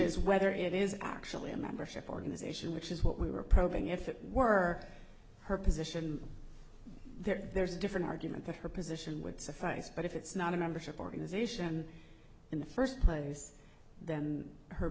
is whether it is actually a membership organization which is what we were probing if it were her position there's a different argument that her position would suffice but if it's not a membership organization in the first place then her